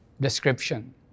description